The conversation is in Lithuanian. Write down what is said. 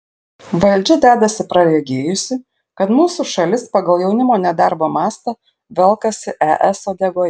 valdžia dedasi praregėjusi kad mūsų šalis pagal jaunimo nedarbo mastą velkasi es uodegoje